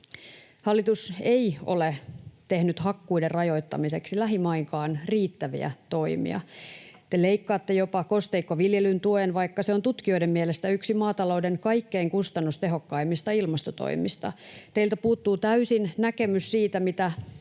Hallitus ei ole tehnyt hakkuiden rajoittamiseksi lähimainkaan riittäviä toimia. Te leikkaatte jopa kosteikkoviljelyn tuen, vaikka se on tutkijoiden mielestä yksi maatalouden kaikkein kustannustehokkaimmista ilmastotoimista. Teiltä puuttuu täysin näkemys siitä, mitä